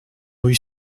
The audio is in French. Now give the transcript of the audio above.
rue